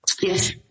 Yes